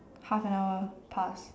half an hour pass